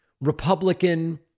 Republican